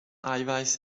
eiweiß